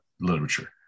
literature